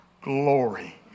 glory